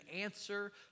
answer